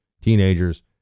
teenagers